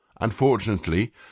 Unfortunately